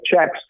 checks